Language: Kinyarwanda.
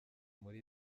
muri